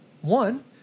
one